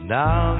now